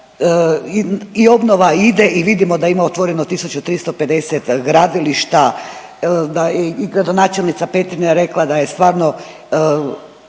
i obnova ide i vidimo da ima otvoreno 1350 gradilišta, da je i gradonačelnica Petrinje rekla da je stvarno